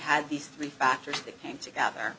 had these three factors that came together